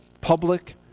public